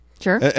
Sure